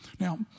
Now